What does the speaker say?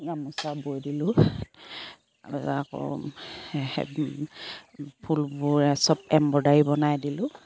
গামোচা বৈ দিলোঁ আকৌ ফুলবোৰ চব এম্ব্ৰইডাৰী বনাই দিলোঁ